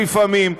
לפעמים,